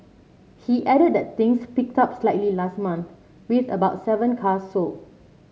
he added that things picked up slightly last month with about seven cars sold